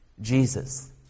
Jesus